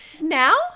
Now